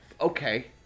okay